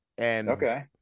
Okay